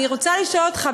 אני רוצה לשאול אותך,